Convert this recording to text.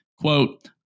quote